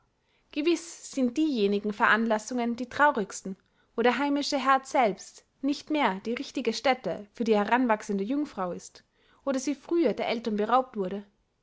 gewiß sind diejenigen veranlassungen die traurigsten wo der heimische herd selbst nicht mehr die richtige stätte für die heranwachsende jungfrau ist oder sie frühe der eltern beraubt wurde